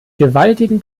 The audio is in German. gewaltigen